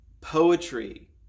poetry